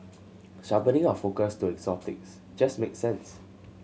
sharpening our focus to exotics just made sense